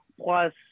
plus